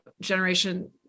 generation